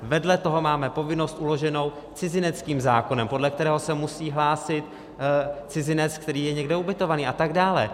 Vedle toho máme povinnost uloženou cizineckým zákonem, podle kterého se musí hlásit cizinec, který je někde ubytovaný a tak dále.